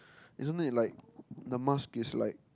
isn't that like the mask is like